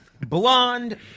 blonde